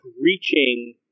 reaching